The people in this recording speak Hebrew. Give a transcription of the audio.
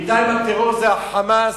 בינתיים הטרור זה ה"חמאס",